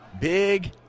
Big